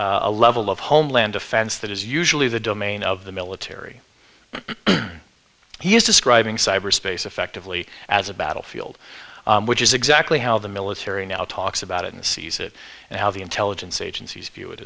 a level of homeland defense that is usually the domain of the military he is describing cyberspace effectively as a battlefield which is exactly how the military now talks about it and sees it and how the intelligence agencies view it